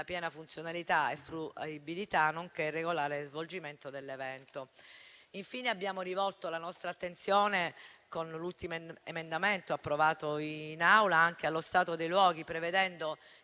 piena funzionalità e fruibilità, nonché il regolare svolgimento dell'evento. Infine, abbiamo rivolto la nostra attenzione, con l'ultimo emendamento approvato in Aula, anche allo stato dei luoghi, prevedendo